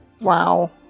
Wow